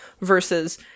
Versus